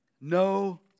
no